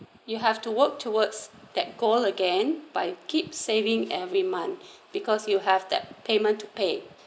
you have to work towards that goal again by keep saving every month because you have that payment to pay